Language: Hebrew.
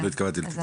יש מענים.